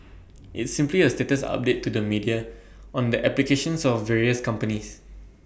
it's simply A status update to the media on the applications of various companies